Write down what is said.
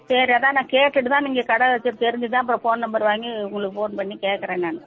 சரி அதுதான் நான் கேட்டுவிட்டு தான் நீங்கள் கடை வைச்சது தெரிஞ்சு தான் இப்போ ஃபோன் நம்பர் வாங்கி உங்களுக்கு ஃபோன் பண்ணி கேட்கறேன் நான்